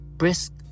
brisk